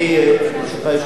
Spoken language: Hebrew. חולה נפש?